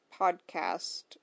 podcast